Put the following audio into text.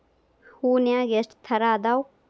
ಹೂನ್ಯಾಗ ಎಷ್ಟ ತರಾ ಅದಾವ್?